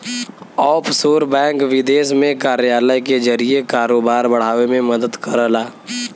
offshore bank विदेश में कार्यालय के जरिए कारोबार बढ़ावे में मदद करला